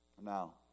Now